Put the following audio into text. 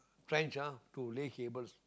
clench ah to lay cables